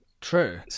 True